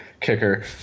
kicker